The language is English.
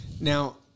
Now